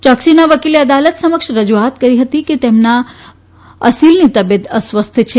ચોક્સીના વકીલે અદાલત સમક્ષ રજુઆત કરી હતી કે તેમના અસીલની તબીયત અસ્વસ્થ છે